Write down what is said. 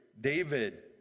David